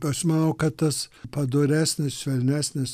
aš manau kad tas padoresnis švelnesnis